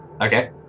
Okay